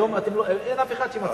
היום אין אף אחד שמצליח.